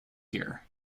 here